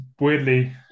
weirdly